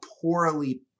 poorly